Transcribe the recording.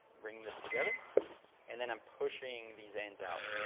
bringing this together and then i'm pushing these ends out